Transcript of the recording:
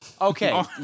Okay